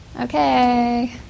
Okay